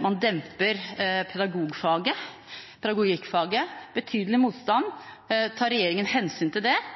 man demper pedagogikkfaget. Tar regjeringen hensyn til det?